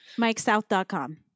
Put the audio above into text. MikeSouth.com